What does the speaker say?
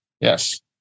Yes